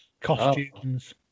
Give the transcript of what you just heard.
costumes